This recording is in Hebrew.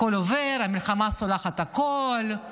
הכול עובר, המלחמה סולחת על הכול.